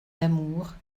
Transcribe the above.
d’amour